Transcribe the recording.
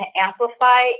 amplify